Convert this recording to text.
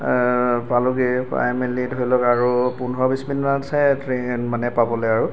পালোগৈ পাই মেলি ধৰি লওক আৰু পোন্ধৰ বিছ মিনিটমান আছে আৰু ট্ৰেইন মানে পাবলৈ আৰু